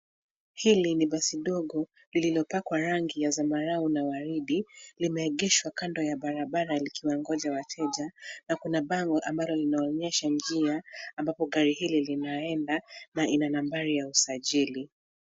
Hili ni basi ndogo lililopakwa rangi ya zambarau na waridi. Limeegeshwa kando ya barabara likiwangoja wateja na kuna bango ambalo linaonyesha njia ambapo gari hili linaenda na ina nambari ya usajili.